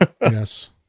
yes